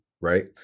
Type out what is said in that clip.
right